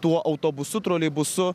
tuo autobusu troleibusu